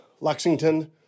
Lexington